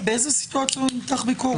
באיזה סיטואציה הוא ימתח ביקורת?